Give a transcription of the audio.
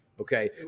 okay